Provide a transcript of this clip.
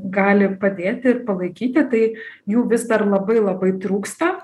gali padėti ir palaikyti tai jų vis dar labai labai trūksta